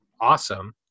awesome